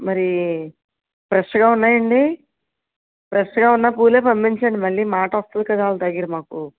మరీ ఫ్రెష్గా ఉన్నాయండి ఫ్రెష్గా ఉన్న పూలే పంపించండి మళ్ళీ మాట వస్తుంది కదా వాళ్ళ దగ్గర మాకు